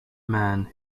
man